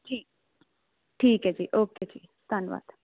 ਜੀ ਠੀਕ ਐ ਜੀ ਓਕੇ ਜੀ ਧੰਨਵਾਦ